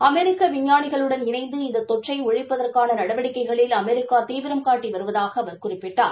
அமெிக்க விஞ்ஞானிகளுடன் இணைந்த இந்த தொற்றை ஒழிப்பதற்கான நடவடிக்கைகளில் அமெரிக்கா தீவிரம் காட்டி வருவதாக அவர் குறிப்பிட்டார்